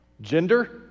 gender